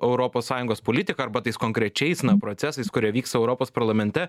europos sąjungos politika arba tais konkrečiais na procesais kurie vyksta europos parlamente